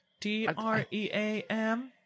D-R-E-A-M